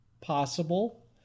possible